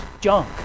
junk